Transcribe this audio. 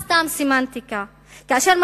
סומכת על הממשלה, למצוא את הפתרון.